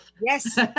Yes